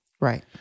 Right